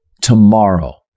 tomorrow